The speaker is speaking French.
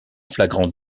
flagrant